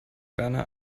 werner